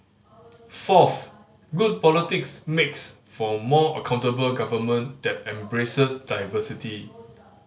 fourth good politics makes for more accountable government that embraces diversity